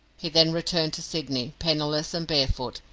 he then returned to sydney, penniless and barefoot,